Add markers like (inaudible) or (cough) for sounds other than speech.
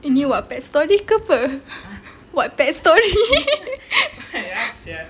ini what pet story ke apa buat pet story (laughs)